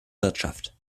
wirtschaft